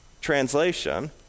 Translation